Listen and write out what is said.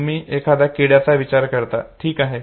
तुम्ही एखाद्या किड्याचा विचार करता ठीक आहे